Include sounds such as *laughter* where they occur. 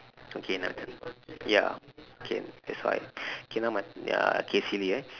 okay now your turn ya can that's why *breath* K now my ya K silly ya